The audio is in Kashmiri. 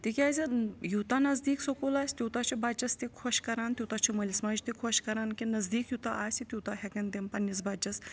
تِکیازِ یوٗتاہ نزدیٖک سکوٗل آسہِ تیوٗتاہ چھُ بَچَس تہِ خۄش کَران تیوٗتاہ چھُ مٲلِس ماجہِ تہِ خۄش کَران کہِ نزدیٖک یوٗتاہ آسہِ تیوٗتاہ ہٮ۪کَان تِم پَننِس بَچَس